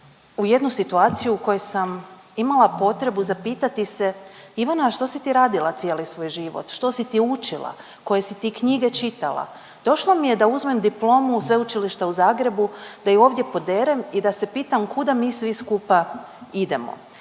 u jednu situaciju u kojoj sam imala potrebu zapitati se Ivana, a što si ti radila cijeli svoj život, što si ti učila, koje si ti knjige čitala. Došlo mi je da uzmem diplomu Sveučilišta u Zagrebu, da ju ovdje poderem i da se pitam kuda mi svi skupa idemo